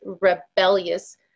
rebellious